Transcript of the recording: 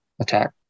attack